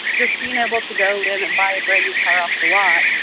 just being able to go in and buy a brand new car off the lot,